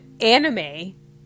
anime